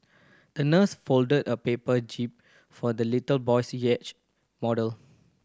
the nurse folded a paper jib for the little boy's yacht model